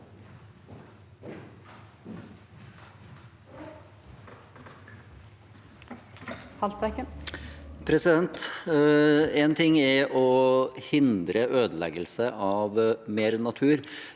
En ting er å hind- re ødeleggelse av mer natur,